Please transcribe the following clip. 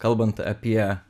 kalbant apie